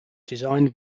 designed